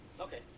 Okay